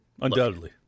undoubtedly